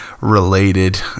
related